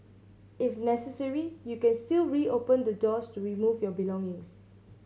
if necessary you can still reopen the doors to remove your belongings